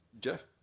Jeff